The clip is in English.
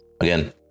again